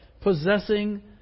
possessing